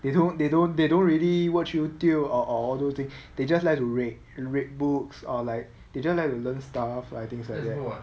they don't they don't they don't really watch youtube or or all those they they just like to re~ read books or like they just like they learn stuff things like that